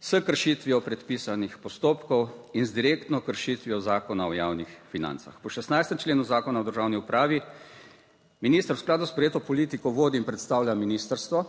s kršitvijo predpisanih postopkov in z direktno kršitvijo Zakona o javnih financah. Po 16. členu Zakona o državni upravi minister v skladu s sprejeto politiko vodi in predstavlja ministrstvo,